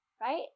right